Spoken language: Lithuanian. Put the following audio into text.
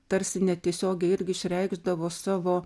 tarsi netiesiogiai irgi išreikšdavo savo